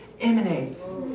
emanates